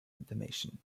information